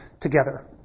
together